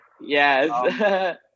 yes